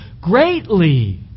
greatly